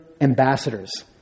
ambassadors